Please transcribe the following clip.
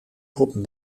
truppen